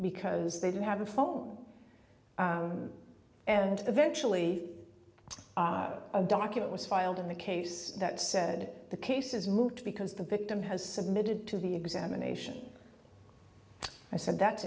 because they didn't have a foam and eventually a document was filed in the case that said the case is moot because the victim has submitted to the examination i said that's